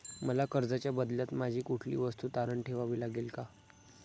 मला कर्जाच्या बदल्यात माझी कुठली वस्तू तारण ठेवावी लागेल का?